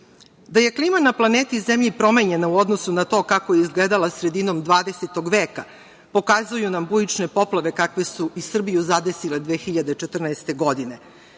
je klima na planeti Zemlji promenjena u odnosu na to kako je izgledala sredinom 20. veka, pokazuju nam bujične poplave kakve su i Srbiju zadesile 2014. godine,